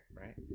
Right